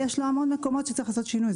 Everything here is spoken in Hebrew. יש המון מקומות שצריך לעשות בהם שינוי,